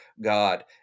God